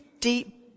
deep